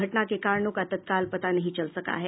घटना के कारणों का तत्काल पता नहीं चल सका है